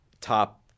top